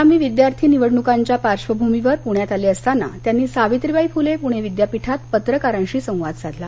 आगामी विद्यार्थी निवडणुकांच्या पार्श्वभूमीवर पुण्यात आले असताना त्यांनी सावित्रीबाई फुले पुणे विद्यापीठात पत्रकारांशी संवाद साधला